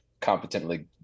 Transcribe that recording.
competently